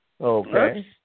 Okay